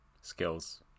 skills